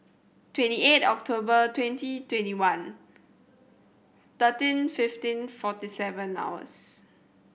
twenty eight October twenty twenty one thirteen fifteen forty seven hours